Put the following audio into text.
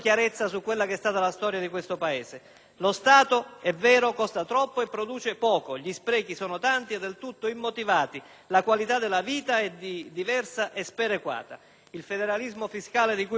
Lo Stato, è vero, costa troppo e produce poco; gli sprechi sono tanti e del tutto immotivati; la qualità della vita è diversa e sperequata. Il federalismo fiscale di cui parliamo, dunque, non costituisce